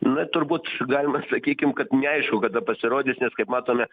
na turbūt galima sakykim kad neaišku kada pasirodys nes kaip matome